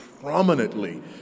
prominently